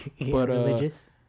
Religious